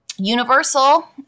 Universal